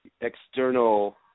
external